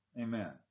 Amen